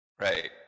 Right